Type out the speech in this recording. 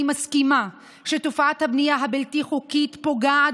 אני מסכימה שתופעת הבנייה הבלתי-חוקית פוגעת